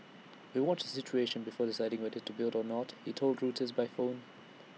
we'll watch the situation before deciding whether to build or not he told Reuters by phone